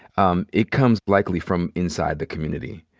um it comes likely from inside the community.